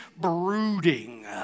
brooding